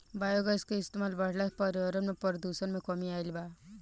biogas के इस्तमाल बढ़ला से पर्यावरण में प्रदुषण में कमी आइल बा